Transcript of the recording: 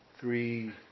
three